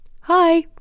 hi